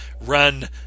run